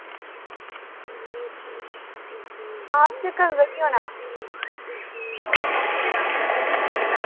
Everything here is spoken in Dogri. हां तुसें कदूं धोड़ी औना